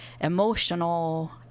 emotional